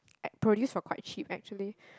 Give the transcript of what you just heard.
I produce were quite cheap actually